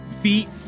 feet